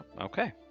okay